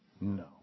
No